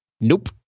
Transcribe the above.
Nope